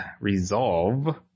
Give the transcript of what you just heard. resolve